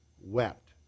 wept